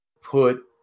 put